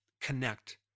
connect